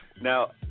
Now